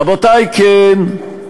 רבותי, כן,